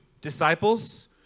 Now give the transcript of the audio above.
disciples